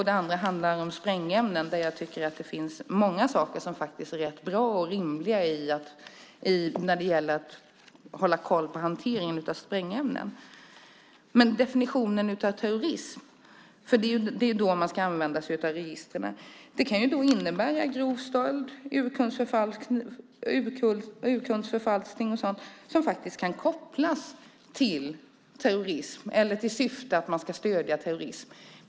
Det andra handlar om sprängämnen, där jag tycker att det finns många saker som är rätt bra och rimliga när det gäller att hålla koll på hanteringen. Det handlar också om definitionen av terrorism; det är då man ska använda sig av registren. Det kan innebära grov stöld, urkundsförfalskning och sådant som kan kopplas till terrorism eller till syftet att stödja terrorism.